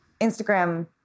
Instagram